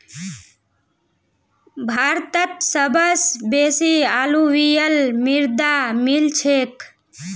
भारतत सबस बेसी अलूवियल मृदा मिल छेक